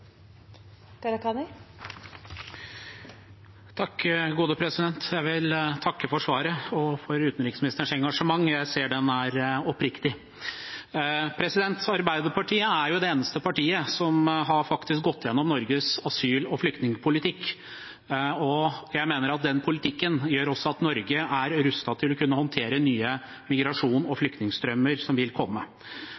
Jeg vil takke for svaret og for utenriksministerens engasjement – jeg ser at det er oppriktig. Arbeiderpartiet er jo det eneste partiet som faktisk har gått igjennom Norges asyl- og flyktningpolitikk, og jeg mener at den politikken også gjør at Norge er rustet til å kunne håndtere nye migrasjons- og